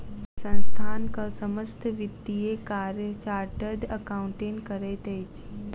संस्थानक समस्त वित्तीय कार्य चार्टर्ड अकाउंटेंट करैत अछि